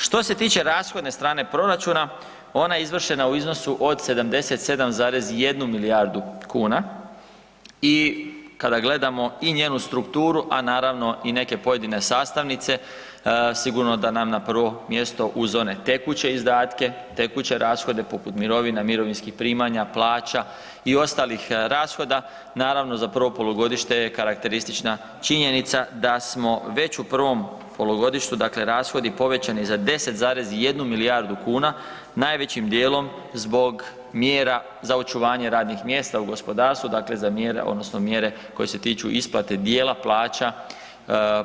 Što se tiče rashodne strane proračuna, ona je izvršena u iznosu od 77,1 milijardu kuna i kada gledamo i njenu strukturu, a naravno i neke pojedine sastavnice, sigurno da nam na prvo mjesto uz one tekuće izdatke, tekuće rashode poput mirovina, mirovinskih primanja, plaća i ostalih rashoda za prvo polugodište je karakteristična činjenica da smo već u prvom polugodištu dakle rashodi povećani za 10,1 milijardu kuna, najvećim dijelom zbog mjera za očuvanje radnih mjesta u gospodarstvu, dakle za mjere koje se tiču isplate dijela plaća